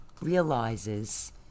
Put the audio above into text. realizes